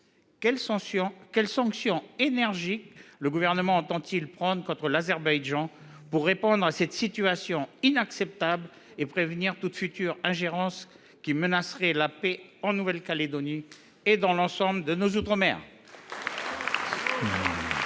Quelles sanctions énergiques le Gouvernement entend il prendre contre l’Azerbaïdjan pour répondre à cette situation inacceptable et prévenir toute future ingérence qui menacerait la paix en Nouvelle Calédonie et dans l’ensemble de nos outre mer ?